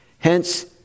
Hence